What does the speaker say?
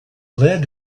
lead